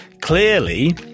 Clearly